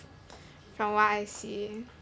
from what I see